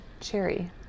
cherry